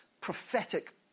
prophetic